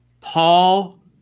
paul